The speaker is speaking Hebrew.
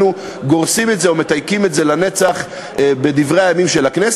אנחנו גורסים את זה או מתייקים את זה לנצח בדברי הימים של הכנסת.